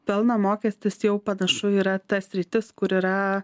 pelno mokestis jau panašu yra ta sritis kur yra